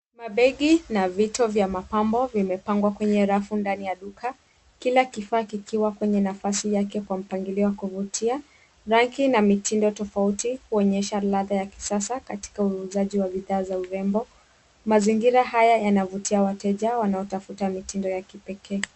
Mabegi na Vito vya mapambo vimepangwa kwenye rafu ndani ya duka kila kifaa kikiwa kwenye nafasi Yake kwa mpangilio ya kuvutia rangi na mitindo tofouti kuonyesha ladha kisasa juu ya bidhaa za urembo mazingira haya yanavutia wateja wakitafuta mitindo ya kipekee.